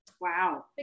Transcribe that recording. Wow